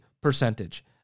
percentage